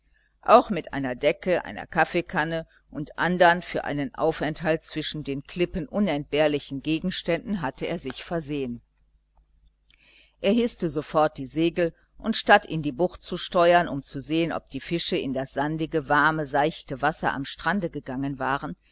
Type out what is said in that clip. auch mit einer decke einer kaffeekanne und andern für einen aufenthalt zwischen den klippen unentbehrlichen gegenständen hatte er sich versehen er hißte sofort die segel und statt in die bucht zu steuern um zu sehen ob die fische in das warme sandige seichte wasser am strande gegangen waren